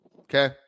okay